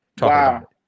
Wow